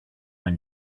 when